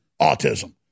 autism